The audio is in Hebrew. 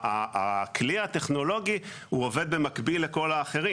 הכלי הטכנולוגי הוא עובד במקביל לכל האחרים.